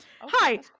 hi